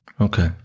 Okay